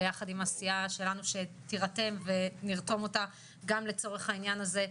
וביחד עם הסיעה שלנו שתירתם ונרתום אותה גם לצורך העניין הזה,